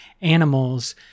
animals